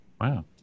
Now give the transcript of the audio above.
Wow